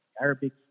Arabic